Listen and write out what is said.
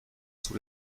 sous